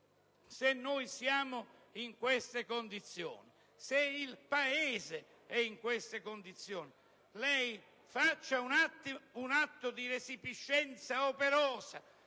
se noi siamo in queste condizioni, se il Paese è in queste condizioni, lei faccia un atto di resipiscenza operosa.